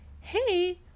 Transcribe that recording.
hey